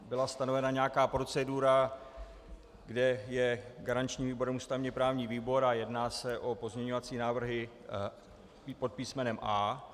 Byla stanovena nějaká procedura, kde je garančním výborem ústavněprávní výbor, a jedná se o pozměňovací návrhy pod písmenem A.